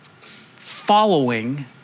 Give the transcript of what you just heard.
following